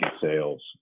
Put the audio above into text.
sales